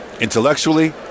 intellectually